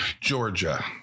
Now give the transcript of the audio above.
Georgia